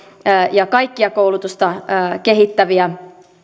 ja kaikkia koulutusta kehittäviä